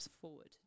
forward